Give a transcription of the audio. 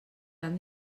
han